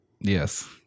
Yes